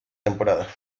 temporada